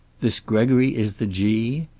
this gregory is the g?